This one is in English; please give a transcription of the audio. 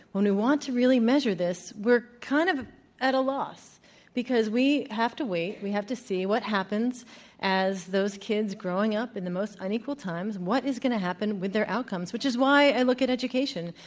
when we want to really measure this, we're kind of at a loss because we have to wait, we have to see what happens as those kids growing up in the most unequal times, what is going to happen with their outcomes, which is why i look at education,